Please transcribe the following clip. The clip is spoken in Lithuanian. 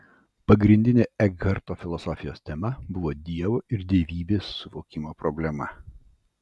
pagrindinė ekharto filosofijos tema buvo dievo ir dievybės suvokimo problema